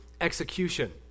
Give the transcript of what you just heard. execution